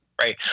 right